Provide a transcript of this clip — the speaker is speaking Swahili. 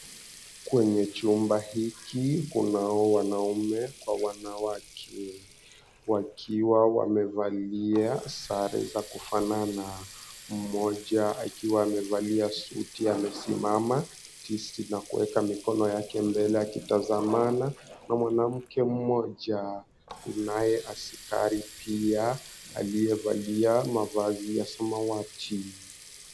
Kwenye chumba hiki, kunao wanaume kwa wanawake. Wakiwa wamevalia sare za kufanana, mmoja akiwa amevalia suti amesimama tisti na kuweka mikono yake mbele akitazamana na mwanamke mmoja. Kunaye askari pia aliyevalia mavazi ya samawati.